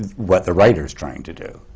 what the writer's trying to do.